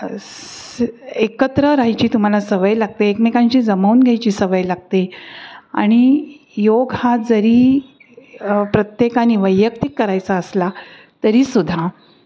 एकत्र राहायची तुम्हाला सवय लागते एकमेकांशी जमवून घ्यायची सवय लागते आणि योग हा जरी प्रत्येकाने वैयक्तिक करायचा असला तरीसुद्धा